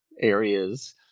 areas